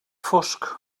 fosc